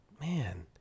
man